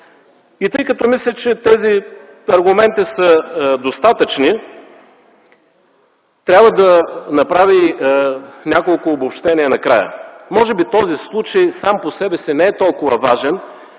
Тъй като мисля, че тези аргументи са достатъчни, трябва да направя и няколко обобщения накрая. Може би този случай сам по себе си не е толкова важен,